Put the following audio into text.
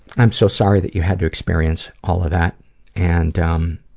i'm so sorry that you had to experience all of that and um,